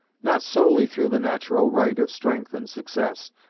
not solely through the natural right of strength and success,